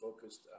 focused